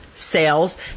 sales